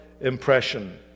impression